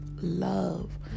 love